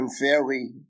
unfairly